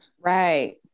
Right